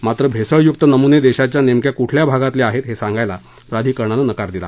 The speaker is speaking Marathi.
मात्र भेसळयुक्त नमुने देशाच्या नेमक्या कुठल्या भागातले आहेत हे सांगायला प्राधिकरणानं नकार दिला